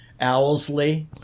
Owlsley